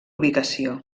ubicació